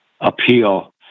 appeal